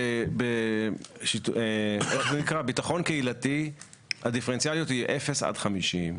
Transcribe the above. למה בביטחון קהילתי הדיפרנציאליות היא50%-0%,